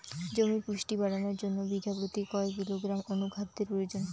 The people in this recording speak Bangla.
জমির পুষ্টি বাড়ানোর জন্য বিঘা প্রতি কয় কিলোগ্রাম অণু খাদ্যের প্রয়োজন?